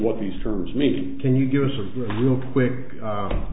what these terms mean can you give us a real quick